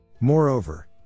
Moreover